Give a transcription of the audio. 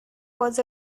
was